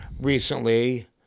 recently